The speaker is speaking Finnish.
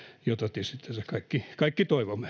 jota tietysti tässä kaikki kaikki toivomme